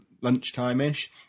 lunchtime-ish